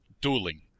Dueling